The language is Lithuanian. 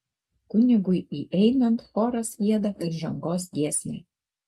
kunigui įeinant choras gieda įžangos giesmę